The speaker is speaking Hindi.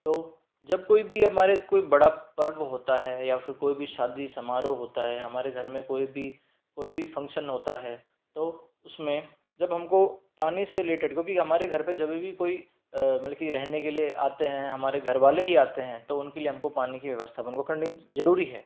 तो जब कोई भी हमारे कोई बड़ा पर्व होता है या फिर कोई भी शादी समारोह होता है हमारे घर में कोई भी कोई भी फंग्शन होता है तो उसमें जब हमको पानी से रिलेटेड क्योंकि हमारे घर पर जब भी कोई मतलब कि रहने के लिए आते हैं हमारे घर वाले ही आते हैं तो उनके लिए हमको पानी की व्यवस्था हमको करनी जरूरी है